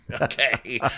Okay